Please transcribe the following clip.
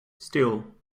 still